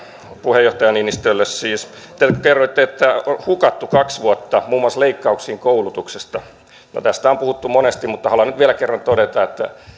puheenjohtaja niinistölle haluaisin todeta te kerroitte että on hukattu kaksi vuotta muun muassa leikkauksiin koulutuksesta no tästä on puhuttu monesti mutta haluan nyt vielä kerran todeta että